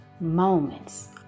Moments